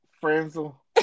Franzel